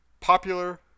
popular